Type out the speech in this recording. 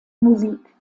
musik